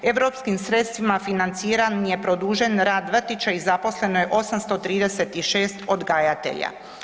Europskim sredstvima financiran je produženi rad vrtića i zaposleno je 836 odgajatelja.